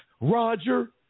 Roger